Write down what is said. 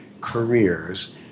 careers